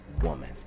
woman